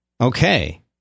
Okay